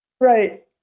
Right